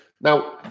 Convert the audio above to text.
Now